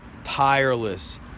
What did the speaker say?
Tireless